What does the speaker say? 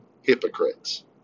hypocrites